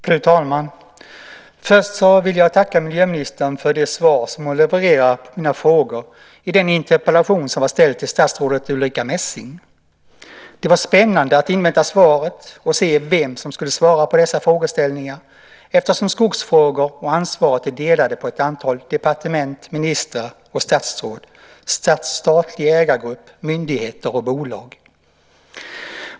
Fru talman! Först vill jag tacka miljöministern för det svar som hon levererar på mina frågor i den interpellation som var ställd till statsrådet Ulrica Messing. Det var spännande att invänta svaret och se vem som skulle svara på dessa frågor, eftersom ansvaret för skogsfrågor är delade på ett antal departement, ministrar, statsråd, statlig ägargrupp, myndigheter och bolag.